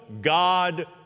God